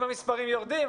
אם המספרים יורדים,